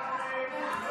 אי-אמון.